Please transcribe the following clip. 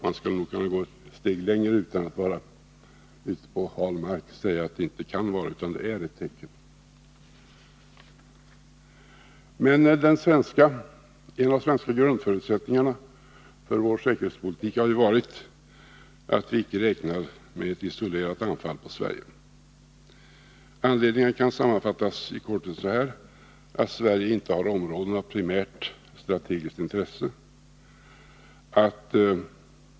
Man skulle nog kunna gå ett steg längre utan att vara ute på hal is, om man inte säger att det kan vara utan att det är ett tecken. En av de svenska grundförutsättningarna för vår säkerhetspolitik har varit att vi inte räknar med ett isolerat anfall mot Sverige. Anledningarna kan i korthet sammanfattas så här: Sverige har inte områden av primärt strategiskt intresse.